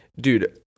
Dude